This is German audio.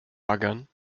baggern